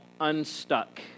Unstuck